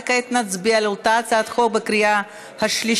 וכעת נצביע על אותה הצעת חוק בקריאה השלישית.